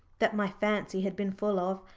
that my fancy had been full of.